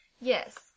Yes